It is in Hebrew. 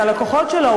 את הלקוחות שלו,